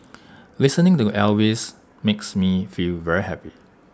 listening to Elvis makes me feel very happy